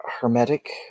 hermetic